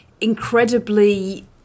incredibly